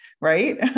right